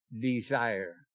Desire